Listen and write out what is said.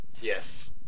Yes